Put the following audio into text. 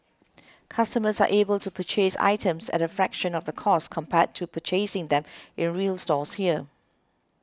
customers are able to purchase items at a fraction of the cost compared to purchasing them in real stores here